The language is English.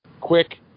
quick